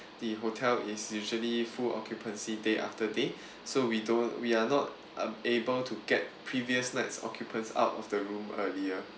the hotel is usually full occupancy day after day so we don't we are not uh able to get previous next occupants out of the room earlier